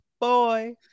boy